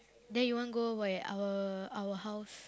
then you want go where our our house